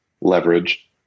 leverage